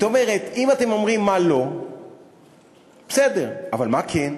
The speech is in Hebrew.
כלומר, אם אתם אומרים מה לא, בסדר, אבל מה כן?